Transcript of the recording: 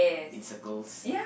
in circles